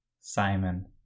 Simon